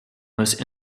most